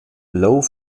low